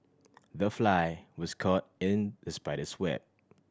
the fly was caught in the spider's web